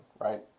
right